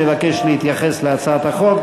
מבקש להתייחס להצעת החוק.